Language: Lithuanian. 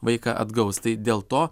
vaiką atgaus tai dėl to